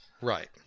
Right